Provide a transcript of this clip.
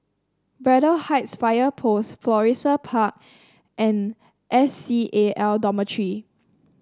Braddell Heights Fire Post Florissa Park and S C A L Dormitory